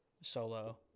solo